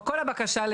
לא בטוח שצריך.